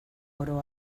oro